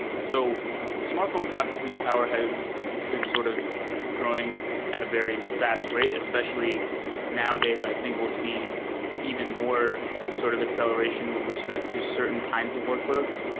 so smartphone processing power has been sort of drawing at a very fast rate. especially nowadays i think we'll see even more sort of acceleration with respect to certain kinds of workloads.